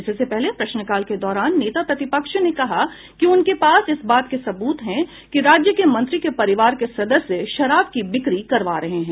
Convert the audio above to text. इससे पहले प्रश्नकाल के दौरान नेता प्रतिपक्ष ने कहा कि उनके पास इस बात के सबूत है कि राज्य के मंत्री के परिवार के सदस्य शराब की बिक्री करवा रहे हैं